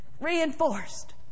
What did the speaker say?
reinforced